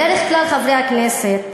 בדרך כלל, חברי הכנסת,